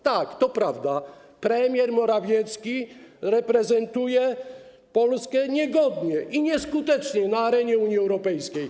Tak, to prawda, premier Morawiecki reprezentuje Polskę niegodnie i nieskutecznie na arenie Unii Europejskiej.